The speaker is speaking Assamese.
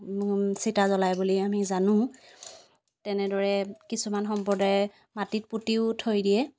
চিতা জ্বলায় বুলি আমি জানো তেনেদৰে কিছুমান সম্প্ৰদায়ে মাটিত পুতিও থৈ দিয়ে